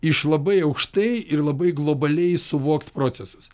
iš labai aukštai ir labai globaliai suvokt procesus